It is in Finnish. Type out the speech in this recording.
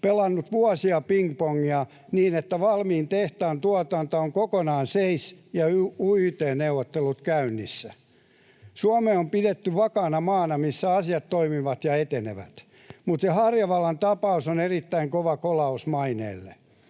pelanneet vuosia pingpongia, niin että valmiin tehtaan tuotanto on kokonaan seis ja yt-neuvottelut ovat käynnissä. Suomea on pidetty vakaana maana, missä asiat toimivat ja etenevät, mutta Harjavallan tapaus on erittäin kova kolaus maineelle.